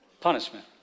punishment